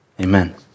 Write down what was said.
Amen